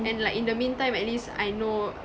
and like in the meantime at least I know